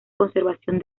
conservación